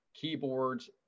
keyboards